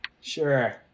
Sure